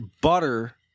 butter